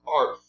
art